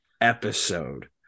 episode